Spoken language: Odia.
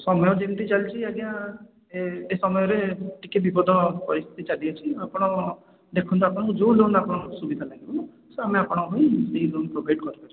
ସମୟ ଯେମିତି ଚାଲିଛି ଆଜ୍ଞା ଏ ଏ ସମୟରେ ଟିକେ ବିପଦ ପରିସ୍ଥିତି ଚାଲିଅଛି ଆପଣ ଦେଖନ୍ତୁ ଆପଣଙ୍କୁ ଯେଉଁ ଲୋନ୍ ଆପଣଙ୍କର ସୁବିଧା ଲାଗିବ ତ ଆମେ ଆପଣଙ୍କୁ ସେ ଲୋନ୍ ପ୍ରୋଭାଇଡ଼୍ କରିପାରିବୁ